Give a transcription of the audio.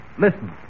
Listen